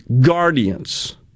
guardians